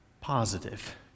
positive